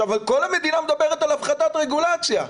כל המדינה מדברת על הפחתת רגולציה.